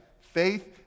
Faith